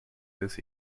this